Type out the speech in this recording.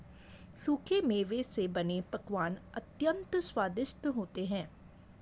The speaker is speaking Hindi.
सूखे मेवे से बने पकवान अत्यंत स्वादिष्ट होते हैं